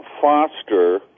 foster